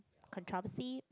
controversy